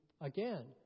again